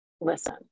listen